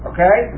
Okay